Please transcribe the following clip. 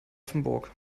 offenburg